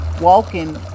walking